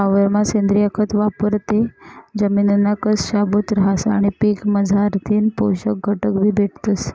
वावरमा सेंद्रिय खत वापरं ते जमिनना कस शाबूत रहास आणि पीकमझारथीन पोषक घटकबी भेटतस